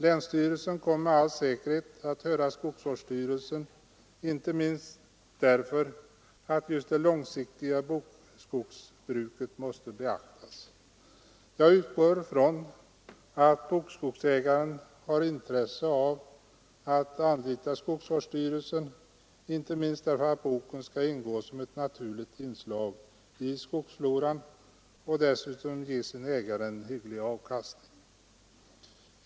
Länsstyrelsen kommer med all säkerhet att höra skogsvårdsstyrelsen, inte minst därför att just det långsiktiga bokskogsbruket måste beaktas. Jag utgår från att bokskogsägaren har intresse av att anlita skogsvårdsstyrelsen, inte minst därför att boken skall ingå som ett naturligt inslag i skogsfloran och dessutom ge sin ägare en hygglig avkastning.